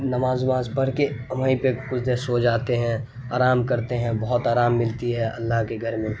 نماز وماز پڑھ کے وہیں پہ کچھ دیر سو جاتے ہیں آرام کرتے ہیں بہت آرام ملتی ہے اللہ کے گھر میں